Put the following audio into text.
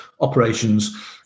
operations